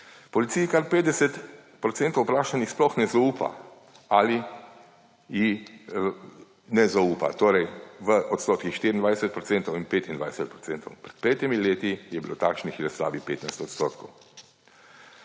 Policiji kar 50 % vprašanih sploh ne zaupa ali ji ne zaupa. Torej, v odstotkih 24 % in 25 %. Pred petimi leti je bilo takšnih le slabih 15 %.